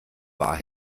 wahr